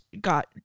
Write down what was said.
got